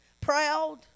proud